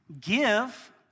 give